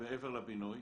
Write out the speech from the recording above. מעבר לבינוי,